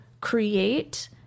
create